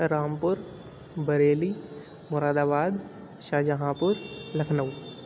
رام پور Bareilly Moradabad Shahjahanpur Lucknow